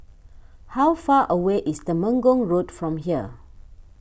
how far away is Temenggong Road from here